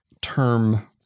term